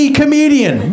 comedian